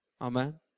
Amen